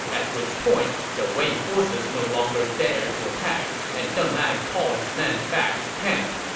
at which point the wei forces no longer dared to attack, and deng ai called his men back to camp.